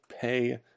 pay